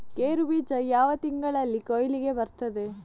ಗೇರು ಬೀಜ ಯಾವ ತಿಂಗಳಲ್ಲಿ ಕೊಯ್ಲಿಗೆ ಬರ್ತದೆ?